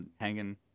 hanging